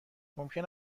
ممکن